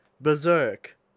Berserk